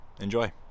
enjoy